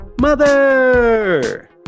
Mother